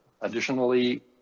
Additionally